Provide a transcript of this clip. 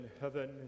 heaven